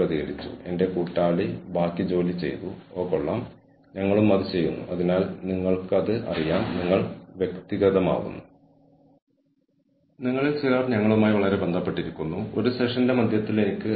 strategic human resource മാനേജ്മെന്റിന്റെ പശ്ചാത്തലത്തിൽ organizational strategy ഉൾപ്പെടെയുള്ള ഓർഗനൈസേഷന്റെ വിവിധ സവിശേഷതകളെ ആശ്രയിച്ച് ഓർഗനൈസേഷൻ സ്ട്രാറ്റജിക്ക് ആവശ്യമായ റോൾ ബിഹേവിയറുകളിലെ ഈ വ്യത്യാസങ്ങൾക്ക് ആ സ്വഭാവങ്ങൾ പ്രകടിപ്പിക്കുന്നതിനും ശക്തിപ്പെടുത്തുന്നതിനും വ്യത്യസ്ത എച്ച്ആർഎം രീതികൾ ആവശ്യമാണ്